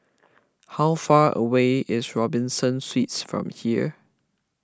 how far away is Robinson Suites from here